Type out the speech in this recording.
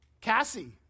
Cassie